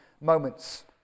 moments